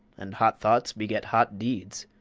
and hot thoughts beget hot deeds,